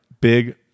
big